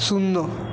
শূন্য